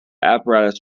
apparatus